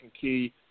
key